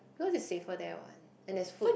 cause it's safer there what and there's food